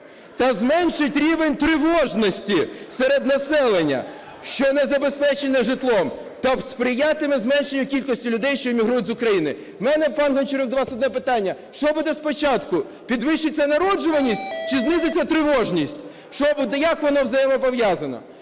та зменшить рівень тривожності серед населення, що не забезпечене житлом, та сприятиме зменшенню кількості людей, що емігрують з України". У мене, пане Гончарук, одне питання: що буде спочатку – підвищиться народжуваність чи знизиться тривожність? Як воно взаємопов'язано?